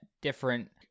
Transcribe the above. different